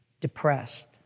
depressed